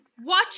Watch